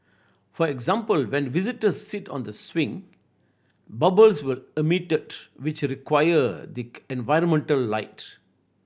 for example when visitors sit on the swing bubbles will emitted which the acquire the environmental light